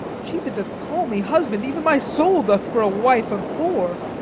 she that doth call me husband, even my soul doth for a wife abhor.